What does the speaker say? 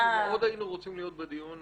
מאוד היינו רוצים להיות בדיון,